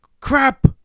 crap